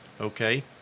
okay